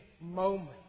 moment